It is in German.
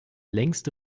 längste